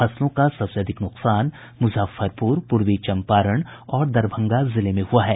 फसलों को सबसे अधिक नुकसान मुजफ्फरपुर पूर्वी चम्पारण और दरभंगा जिले में हुआ है